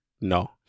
No